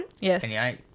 Yes